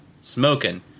smoking